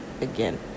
again